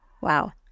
Wow